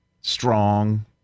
strong